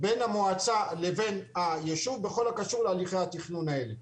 בין המועצה לבין היישוב בכל הקשור בהליכי התכנון האלה.